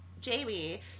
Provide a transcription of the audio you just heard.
Jamie